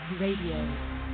Radio